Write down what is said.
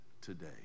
today